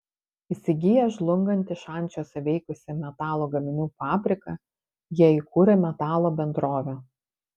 įsigiję žlungantį šančiuose veikusį metalo gaminių fabriką jie įkūrė metalo bendrovę